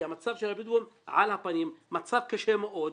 המצב של הבדואים על הפנים, מצב קשה מאוד.